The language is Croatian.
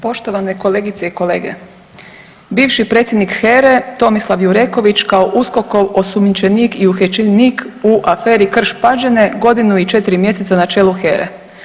Poštovane kolegice i kolege, bivši predsjednik HERE Tomislav Jureković kao USKOK-ov osumnjičenik i uhićenik u aferi Krš Pađene godinu i 4 mjeseca na čelu HERE.